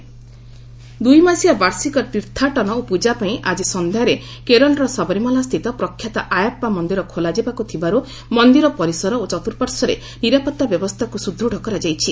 ସବରିମାଳା ଦୁଇମାସିଆ ବାର୍ଷିକ ତୀର୍ଥାଟନ ଓ ପୂଜା ପାଇଁ ଆଜି କେରଳର ସବରିମାଳାସ୍ଥିତ ପ୍ରଖ୍ୟାତ ଆୟାପ୍ପା ମନ୍ଦିର ଖୋଲାଯିବାକୁ ଥିବାରୁ ମନ୍ଦିର ପରିସର ଓ ଚତୁଃପାର୍ଶ୍ୱରେ ନିରାପତ୍ତା ବ୍ୟବସ୍ଥାକୁ ସୁଦୃଢ଼ କରାଯାଇଛି